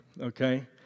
okay